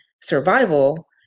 survival